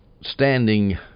standing